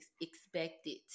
expected